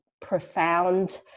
profound